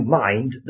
mind